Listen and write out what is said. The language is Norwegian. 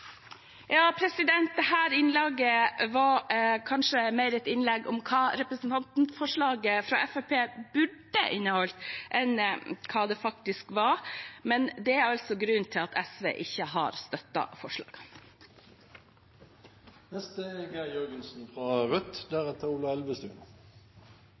innlegget handlet kanskje mer om hva representantforslaget fra Fremskrittspartiet burde ha inneholdt, enn hva det faktisk inneholdt, men det er grunnen til at SV ikke støtter forslagene. Vi har